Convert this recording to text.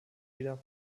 wieder